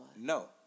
No